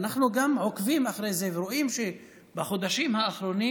אנחנו עוקבים גם אחרי זה ורואים שבחודשים האחרונים